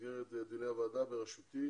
במסגרת דיוני הוועדה בראשותי,